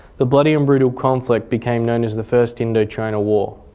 the bloody and brutal conflict became known as the first indochina war.